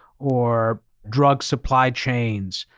or drug supply chains,